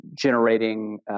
generating